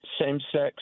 same-sex